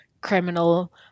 criminal